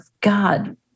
God